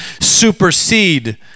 supersede